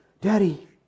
Daddy